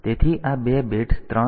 તેથી આ બે બિટ્સ 3 અને 2 છે